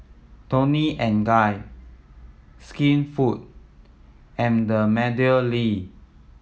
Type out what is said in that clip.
Toni and Guy Skinfood and the MeadowLea